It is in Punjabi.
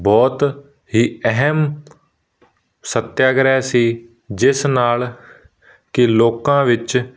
ਬਹੁਤ ਹੀ ਅਹਿਮ ਸੱਤਿਆਗ੍ਰਹਿ ਸੀ ਜਿਸ ਨਾਲ ਕਿ ਲੋਕਾਂ ਵਿੱਚ